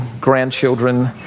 grandchildren